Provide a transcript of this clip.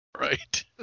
Right